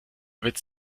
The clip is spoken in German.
witz